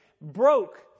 broke